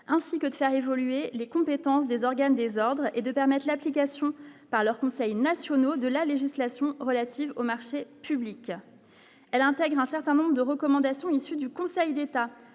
ainsi que de faire évoluer les compétences des organes désordre et de l'application par leurs conseils nationaux de la législation relative aux marchés publics, elle intègre un certain nombre de recommandations issues du Conseil d'État,